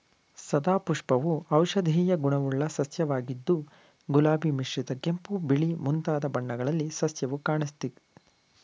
ಸದಾಪುಷ್ಪವು ಔಷಧೀಯ ಗುಣವುಳ್ಳ ಸಸ್ಯವಾಗಿದ್ದು ಗುಲಾಬಿ ಮಿಶ್ರಿತ ಕೆಂಪು ಬಿಳಿ ಮುಂತಾದ ಬಣ್ಣಗಳಲ್ಲಿ ಸಸ್ಯವು ಕಾಣಸಿಗ್ತದೆ